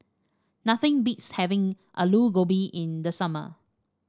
nothing beats having Aloo Gobi in the summer